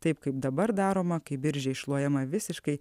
taip kaip dabar daroma kai biržė iššluojama visiškai